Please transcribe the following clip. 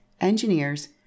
engineers